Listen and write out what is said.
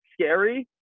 scary